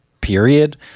period